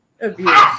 abuse